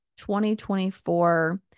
2024